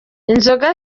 inzoga